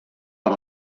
per